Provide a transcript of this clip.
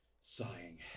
sighing